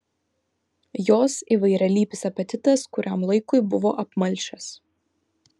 jos įvairialypis apetitas kuriam laikui buvo apmalšęs